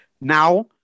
now